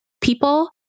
People